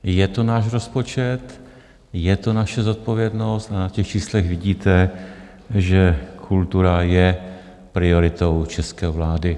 Je to náš rozpočet, je to naše zodpovědnost a na těch číslech vidíte, že kultura je prioritou české vlády.